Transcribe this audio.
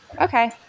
Okay